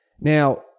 Now